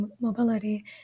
mobility